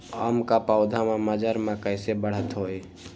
आम क पौधा म मजर म कैसे बढ़त होई?